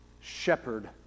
shepherd